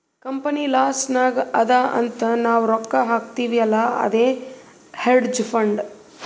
company loss ನಾಗ್ ಅದಾ ಅಂತ್ ನಾವ್ ರೊಕ್ಕಾ ಹಾಕ್ತಿವ್ ಅಲ್ಲಾ ಅದೇ ಹೇಡ್ಜ್ ಫಂಡ್